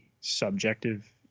subjective